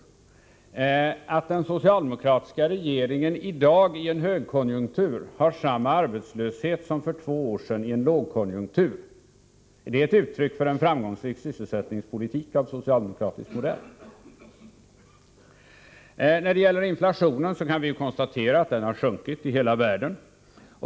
Är det förhållandet att den socialdemokratiska regeringen i dag, i en högkonjunktur, redovisar samma arbetslöshet som vi hade under lågkonjunkturen för två år sedan ett uttryck för en framgångsrik sysselsättningspolitik av socialdemokratisk modell? När det gäller inflationen kan vi konstatera att den har sjunkit i hela världen.